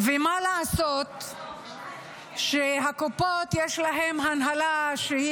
מה לעשות שהקופות, יש להן הנהלה שהיא